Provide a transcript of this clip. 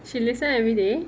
she listen everyday